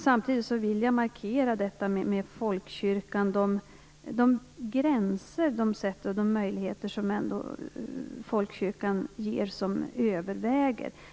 Samtidigt vill jag markera detta med folkkyrkan, de gränser man sätter och de möjligheter som folkkyrkan ger och som överväger.